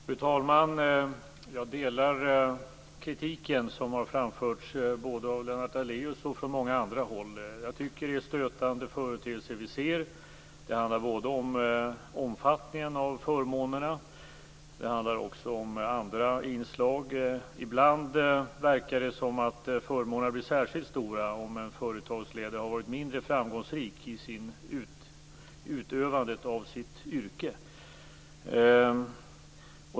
Fru talman! Jag delar kritiken som har framförts både av Lennart Daléus och från många andra håll. Jag tycker att det är stötande företeelser vi ser. Det handlar både om omfattningen av förmånerna och även om andra inslag. Ibland verkar det som att förmånerna blir särskilt stora om en företagsledare har varit mindre framgångsrik i utövandet av sitt yrke.